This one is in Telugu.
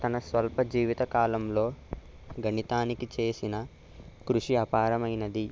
తన స్వల్ప జీవిత కాలంలో గణితానికి చేసిన కృషి అపారమైనది